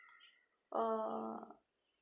uh